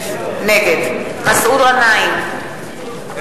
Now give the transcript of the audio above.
נגד מסעוד גנאים,